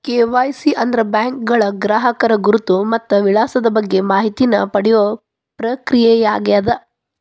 KYC ಅಂದ್ರ ಬ್ಯಾಂಕ್ಗಳ ಗ್ರಾಹಕರ ಗುರುತು ಮತ್ತ ವಿಳಾಸದ ಬಗ್ಗೆ ಮಾಹಿತಿನ ಪಡಿಯೋ ಪ್ರಕ್ರಿಯೆಯಾಗ್ಯದ